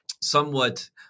somewhat